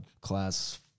class